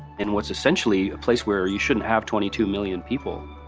in what's essentially a place where you shouldn't have twenty two million people.